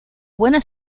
buena